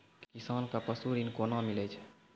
किसान कऽ पसु ऋण कोना मिलै छै?